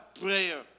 prayer